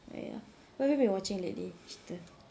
ya what have you been watching lately cerita